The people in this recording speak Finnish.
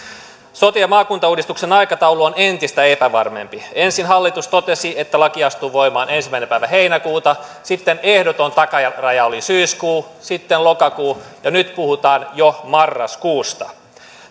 sote ja maakuntauudistuksen aikataulu on entistä epävarmempi ensin hallitus totesi että laki astuu voimaan ensimmäinen päivä heinäkuuta sitten ehdoton takaraja oli syyskuu sitten lokakuu ja nyt puhutaan jo marraskuusta